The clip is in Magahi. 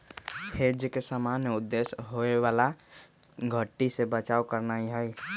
हेज के सामान्य उद्देश्य होयबला घट्टी से बचाव करनाइ हइ